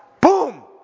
boom